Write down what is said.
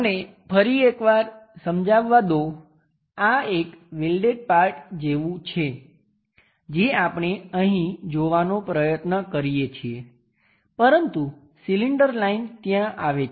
મને ફરી એક વાર સમજાવવા દો આ એક વેલ્ડેડ પાર્ટ જેવું છે જે આપણે અહીં જોવાનો પ્રયત્ન કરીએ છીએ પરંતુ સિલિન્ડર લાઈન ત્યાં આવે છે